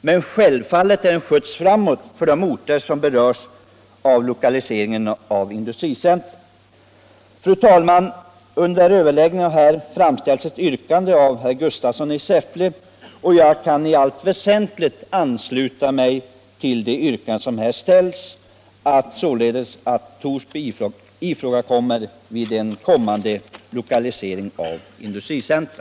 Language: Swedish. Men självfallet skulle det bli en skjuts framåt för de orter som berörs 159 Fru talman! Under överläggningarna har framförts ett yrkande av herr Gustafsson i Säffle, och jag kan i allt väsentligt ansluta mig till det — att Torsby således ifrågakommer vid en kommande lokalisering av industricentra.